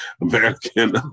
American